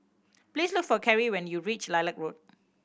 please look for Keri when you reach Lilac Road